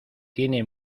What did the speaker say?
tiene